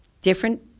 different